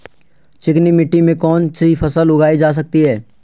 चिकनी मिट्टी में कौन सी फसल उगाई जा सकती है?